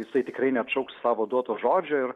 jisai tikrai neatšauks savo duoto žodžio ir